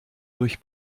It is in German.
durch